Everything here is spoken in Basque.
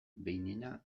behinena